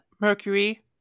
mercury